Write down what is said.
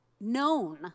known